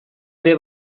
ere